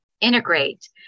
integrate